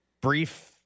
brief